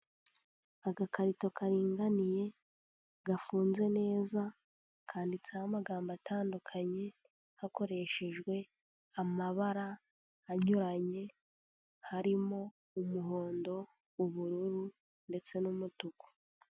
Agakarito karinganiye gafunze neza kanditseho amagambo atandukanye hakoreshejwe amabara anyuranye, harimo umuhondo, ubururu ndetse n'umutuku.